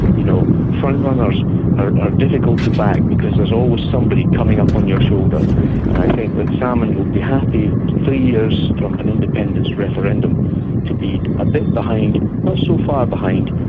you know. frontrunners are ah difficult to back, because there's always somebody coming up on your shoulder, and i think that salmond will be happy three years from an independence referendum to be a bit behind not so far behind,